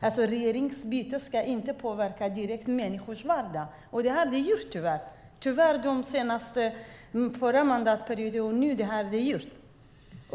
Ett regeringsbyte ska inte direkt påverka människors vardag, men det har det tyvärr gjort från den förra mandatperioden till den här.